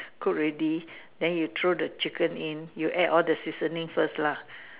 cook already then you throw the chicken in you add all the seasoning first lah